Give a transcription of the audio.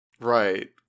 Right